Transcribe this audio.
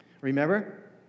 Remember